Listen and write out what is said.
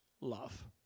love